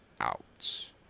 out